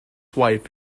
wife